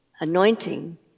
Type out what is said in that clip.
anointing